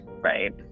Right